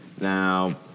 Now